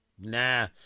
Nah